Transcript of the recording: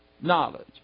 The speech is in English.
knowledge